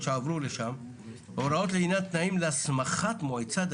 את הנושא הזה של הוועדה של שלושה